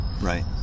Right